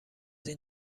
این